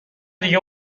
دیگه